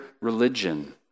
religion